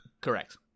Correct